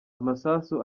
amasasu